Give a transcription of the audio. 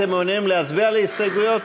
אתם מעוניינים להצביע על ההסתייגויות